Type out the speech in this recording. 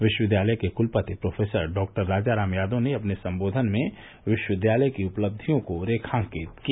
विश्वविद्यालय के क्लपति प्रो डॉ राजारम यादव ने अपने सम्बोधन में विश्वविद्यालय की उपलब्धियों को रेखांकित किया